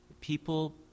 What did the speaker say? People